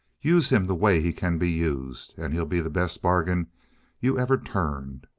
use him the way he can be used, and he'll be the best bargain you ever turned.